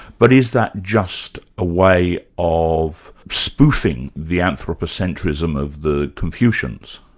but is that just a way of spoofing the anthropocentrism of the confucians?